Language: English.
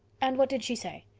and what did she say?